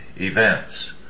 events